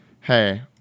hey